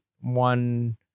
one